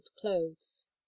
clothes